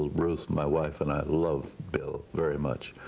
ruth, my wife and i loved bill very much,